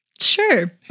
Sure